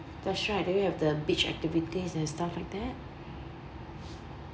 that's right do you have the beach activities and stuff like that